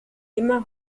immer